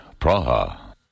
Praha